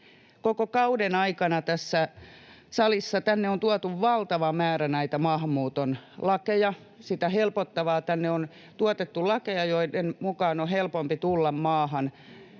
Koko kauden aikana tänne saliin on tuotu valtava määrä näitä maahanmuuttoa helpottavia lakeja. Tänne on tuotettu lakeja, joiden mukaan on helpompi tulla maahan